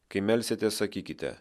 kai melsitės sakykite